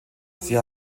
sie